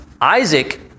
Isaac